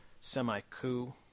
semi-coup